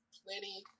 plenty